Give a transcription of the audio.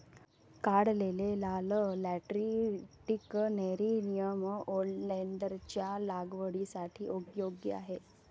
काढलेले लाल lateritic nerium ओलेन्डरच्या लागवडीसाठी योग्य आहे